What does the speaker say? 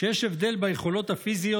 שיש הבדל בין גברים לנשים ביכולות הפיזיות.